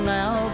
now